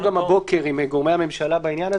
גם הבוקר עם גורמי הממשלה בעניין הזה,